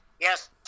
Yes